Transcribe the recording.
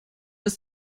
ist